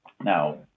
Now